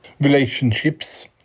Relationships